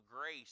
grace